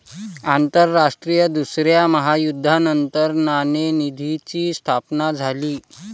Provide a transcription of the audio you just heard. आंतरराष्ट्रीय दुसऱ्या महायुद्धानंतर नाणेनिधीची स्थापना झाली